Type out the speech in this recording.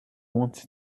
want